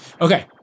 Okay